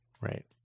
right